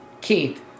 Keith